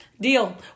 deal